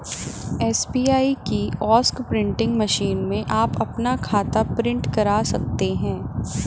SBI kiosk printing machine में आप अपना खाता प्रिंट करा सकते हैं